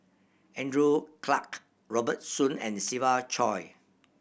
Andrew Clarke Robert Soon and Siva Choy